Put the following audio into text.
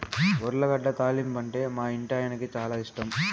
ఉర్లగడ్డ తాలింపంటే మా ఇంటాయనకి చాలా ఇష్టం